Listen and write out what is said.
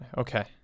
okay